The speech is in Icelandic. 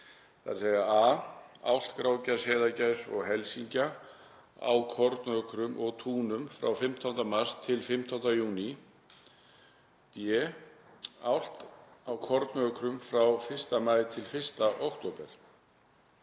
þeirra: a. álft, grágæs, heiðagæs og helsingja á kornökrum og túnum frá 15. mars til 15. júní, b. álft á kornökrum frá 1. maí til 1. október.